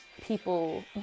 people